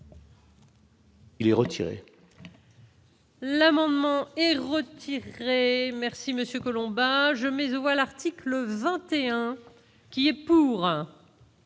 8 est retiré.